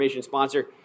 sponsor